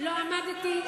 לא עמדתי,